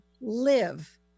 live